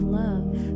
love